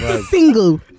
single